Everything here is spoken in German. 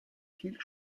viel